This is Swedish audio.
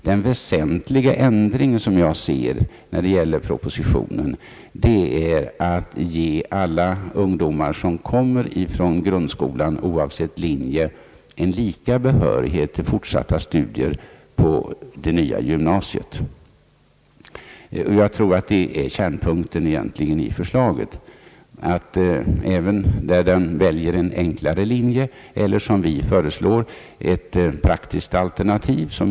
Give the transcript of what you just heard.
Den väsentligaste ändring som enligt mitt sätt att se behöver göras i propositionen är att ge alla ungdomar som kommer från grundskolan, oavsett linje, lika behörighet till fortsatta studier i det nya gymnasiet. Jag tror att det är kärnpunkten i förslaget. En elev bör kunna välja en enklare linje eller, som vi föreslår, ett praktiskt alternativ.